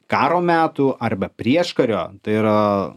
karo metų arba prieškario tai yra